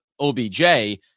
OBJ